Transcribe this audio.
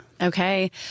Okay